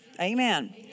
Amen